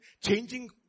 changing